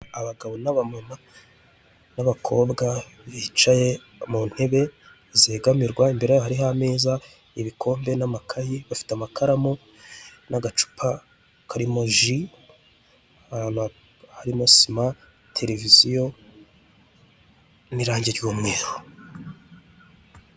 Abagabo n'aba mama n'abakobwa bicaye mu ntebe zegamirwa, imbere hariho ameza, ibikombe, n'amakayi bafite amakaramu n'agacupa karimo ji, harimo sima, televiziyo, n'irange ry'umweru.